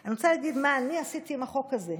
אני רוצה להגיד מה אני עשיתי עם החוק הזה.